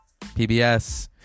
PBS